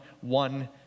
one